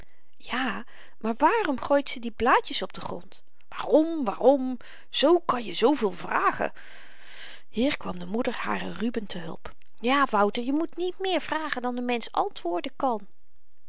ja maar waarom gooit ze die blaadjes op den grond waarom waarom zoo kan je zooveel vragen hier kwam de moeder haren ruben te hulp ja wouter je moet niet meer vragen dan n mensch antwoorden kan